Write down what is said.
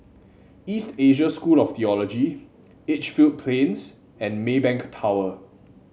East Asia School of the Theology Edgefield Plains and Maybank Tower